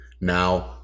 Now